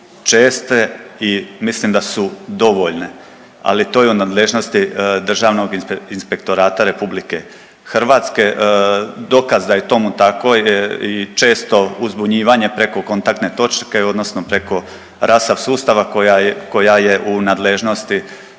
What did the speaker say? česte i mislim da su dovoljne, ali to je u nadležnosti Državnog inspektorata RH. Dokaz da je tomu tako je i često uzbunjivanje preko kontaktne točke odnosno preko RASFF sustava koja je, koja je u nadležnosti